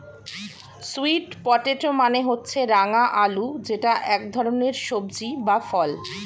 sweet potato মানে হচ্ছে রাঙা আলু যেটা এক ধরনের সবজি বা ফল